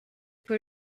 put